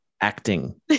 acting